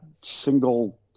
single